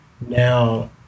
now